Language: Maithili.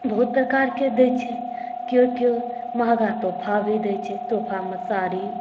बहुत प्रकारके दै छै केओ केओ महगा तौफा भी दै छै तौफामे साड़ी